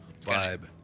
vibe